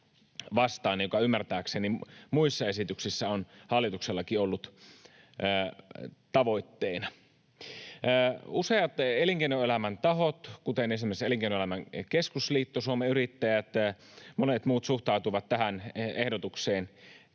joka ymmärtääkseni muissa esityksissä on hallituksellakin ollut tavoitteena. Useat elinkeinoelämän tahot, kuten esimerkiksi Elinkeinoelämän keskusliitto, Suomen yrittäjät ja monet muut, suhtautuvat tähän ehdotukseen